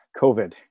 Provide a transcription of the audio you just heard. COVID